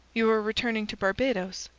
you are returning to barbados?